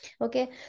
okay